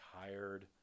tired